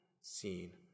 seen